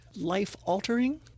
life-altering